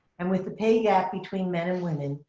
and with the pay gap between men and women,